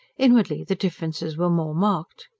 inwardly, the differences were more marked.